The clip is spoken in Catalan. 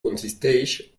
consisteix